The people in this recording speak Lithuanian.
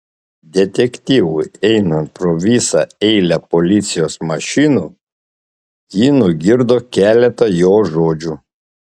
detektyvui einant pro visą eilę policijos mašinų ji nugirdo keletą jo žodžių